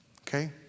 okay